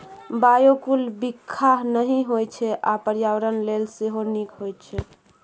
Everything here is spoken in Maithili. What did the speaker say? बायोफुल बिखाह नहि होइ छै आ पर्यावरण लेल सेहो नीक होइ छै